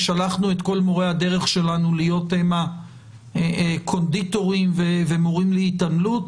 יאמרו ששלחנו את כל מורי הדרך שלנו להיות קונדיטורים ומורים להתעמלות?